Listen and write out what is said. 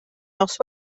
nos